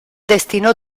destino